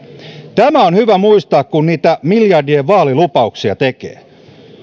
tämä on hyvä muistaa kun niitä miljardien vaalilupauksia tekee